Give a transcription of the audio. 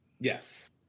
Yes